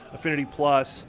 affinity plus,